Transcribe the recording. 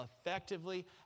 effectively